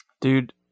Dude